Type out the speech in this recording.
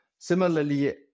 Similarly